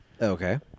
Okay